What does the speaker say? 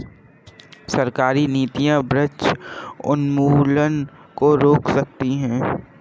सरकारी नीतियां वृक्ष उन्मूलन को रोक सकती है